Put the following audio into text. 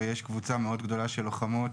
ויש קבוצה מאוד גדולה של לוחמות,